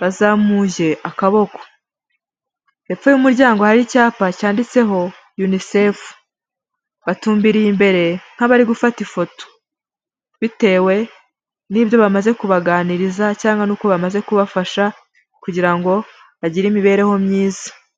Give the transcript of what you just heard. bazamuye akaboko, hepfo y'umuryango hari icyapa cyanditseho Unicef, batumbiriye imbere nk'abari gufata ifoto bitewe n'ibyo bamaze kubaganiriza cyangwa n'uko bamaze kubafasha kugira ngo bagire imibereho myiza.